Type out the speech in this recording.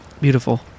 beautiful